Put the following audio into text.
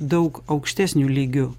daug aukštesniu lygiu